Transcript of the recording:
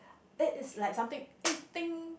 it is like something eh ting